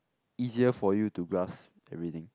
easier for you to grasp everything